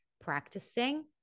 practicing